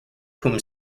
whom